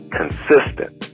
consistent